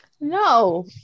No